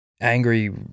angry